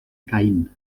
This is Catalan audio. caín